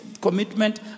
commitment